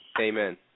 Amen